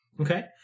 Okay